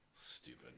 Stupid